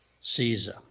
Caesar